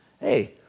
Hey